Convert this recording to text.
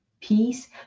peace